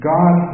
God